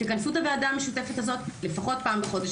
תכנסו את הוועדה המשותפת הזאת לפחות פעם בחודש,